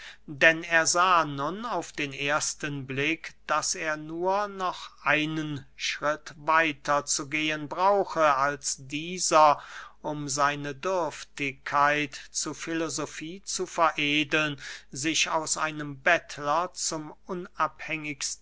denn er sah nun auf den ersten blick daß er nur noch einen schritt weiter zu gehen brauche als dieser um seine dürftigkeit zu filosofie zu veredeln sich aus einem bettler zum